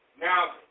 Now